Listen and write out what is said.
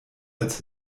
als